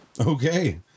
Okay